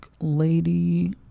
lady